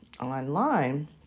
online